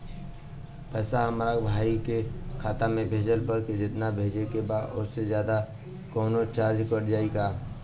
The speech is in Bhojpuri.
पैसा हमरा भाई के खाता मे भेजला पर जेतना भेजे के बा औसे जादे कौनोचार्ज कट जाई का?